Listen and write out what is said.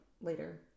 later